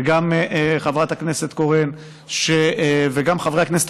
וגם חברת הכנסת קורן וגם חברי הכנסת